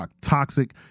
toxic